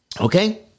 okay